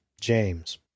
James